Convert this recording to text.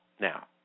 Now